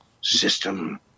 system